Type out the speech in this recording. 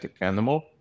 animal